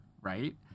right